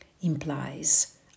implies